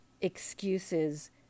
excuses